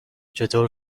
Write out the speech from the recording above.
چطور